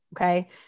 okay